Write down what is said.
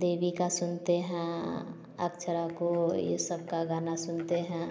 देवी का सुनते हैं अक्षरा को ये सब का गाना सुनते है